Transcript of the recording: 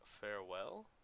farewell